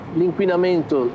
l'inquinamento